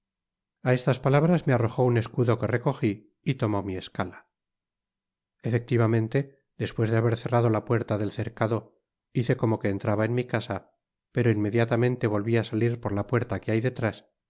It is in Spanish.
a estas palabras me arrojó un escudo que recogí y tomó mi escala efectivamente despues de habér cerra'do fa puerta del cercado bice como que entraba en mi casa pero inm'ediatamentc volví á salir por a puerta qué hay detrás